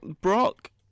Brock